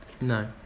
No